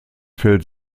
fällt